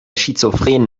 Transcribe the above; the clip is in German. schizophren